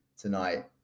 tonight